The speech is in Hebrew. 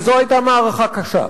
וזו היתה מערכה קשה.